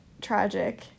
tragic